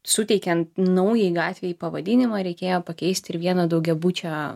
suteikiant naujai gatvei pavadinimą reikėjo pakeisti ir vieno daugiabučio